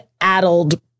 addled